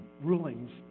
rulings